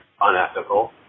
unethical